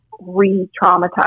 re-traumatize